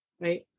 Right